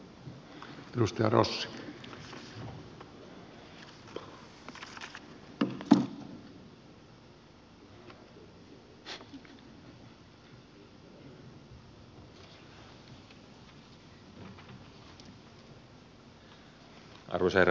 arvoisa herra puhemies